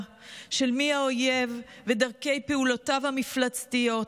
של מי האויב ודרכי פעולותיו המפלצתיות.